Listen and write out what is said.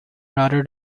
rather